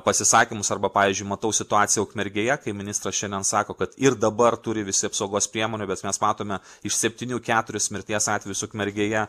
pasisakymus arba pavyzdžiui matau situaciją ukmergėje kai ministras šiandien sako kad ir dabar turi visi apsaugos priemonių bet mes matome iš septynių keturis mirties atvejus ukmergėje